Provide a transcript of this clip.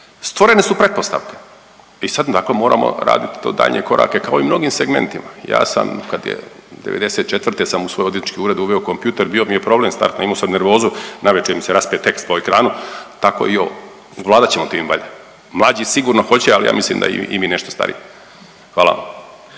stvorene su pretpostavke i sad dakle moramo raditi to daljnje korake kao i u mnogim segmentima. Ja sam kad je '94. sam u svoj odvjetnički ured uveo kompjuter, bio mi je problem u startu, imamo sam nervozu navečer mi se raspe tekst po ekranu, tako i ovo. Ovladat ćemo tim valjda, mlađi sigurno hoće, ali ja mislim da i mi nešto stariji. Hvala.